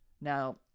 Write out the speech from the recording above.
Now